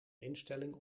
instelling